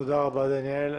תודה רבה לדניאל.